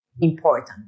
important